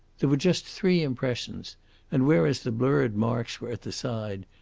there were just three impressions and, whereas the blurred marks were at the side,